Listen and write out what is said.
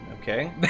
Okay